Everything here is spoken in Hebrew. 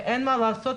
ואין מה לעשות,